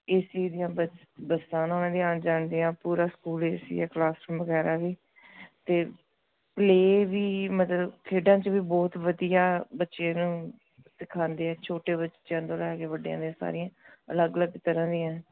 ਇਸ ਚੀਜ਼ ਦੀਆਂ ਬੱ ਬੱਸਾਂ ਉਹਨਾਂ ਦੀਆਂ ਆਉਣ ਜਾਣ ਦੀਆਂ ਪੂਰਾ ਸਕੂਲ ਏ ਸੀ ਆ ਕਲਾਸਰੂਮ ਵਗੈਰਾ ਵੀ ਅਤੇ ਪਲੇ ਵੀ ਮਤਲਬ ਖੇਡਾਂ 'ਚ ਵੀ ਬਹੁਤ ਵਧੀਆ ਬੱਚੇ ਨੂੰ ਸਿੱਖਾਉਂਦੇ ਆ ਛੋਟੇ ਬੱਚਿਆਂ ਤੋਂ ਲੈ ਕੇ ਵੱਡਿਆਂ ਦੇ ਸਾਰੀਆਂ ਅਲੱਗ ਅਲੱਗ ਤਰ੍ਹਾਂ ਦੀਆਂ